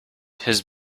his